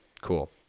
Cool